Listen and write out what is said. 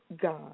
God